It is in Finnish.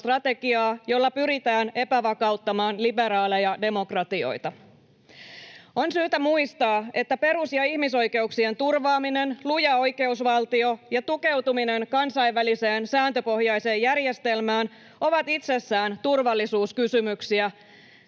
jolla pyritään epävakauttamaan liberaaleja demokratioita. On syytä muistaa, että perus- ja ihmisoikeuksien turvaaminen, luja oikeusvaltio ja tukeutuminen kansainväliseen sääntöpohjaiseen järjestelmään ovat itsessään turvallisuuskysymyksiä,